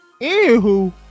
Anywho